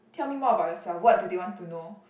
tell me more about yourself what do they want to know